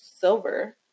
silver